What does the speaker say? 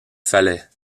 fallait